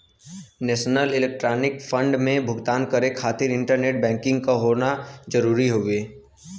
national electronics fund से भुगतान करे खातिर इंटरनेट बैंकिंग क होना जरुरी हउवे